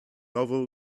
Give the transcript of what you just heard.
novel